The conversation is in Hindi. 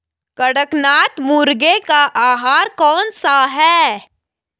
कड़कनाथ मुर्गे का आहार कौन सा है?